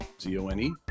Z-O-N-E